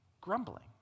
grumbling